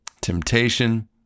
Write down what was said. temptation